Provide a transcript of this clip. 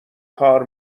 کار